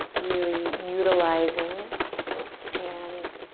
really utilizing and,